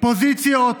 פוזיציות?